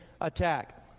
attack